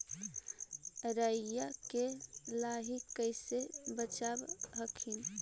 राईया के लाहि कैसे बचाब हखिन?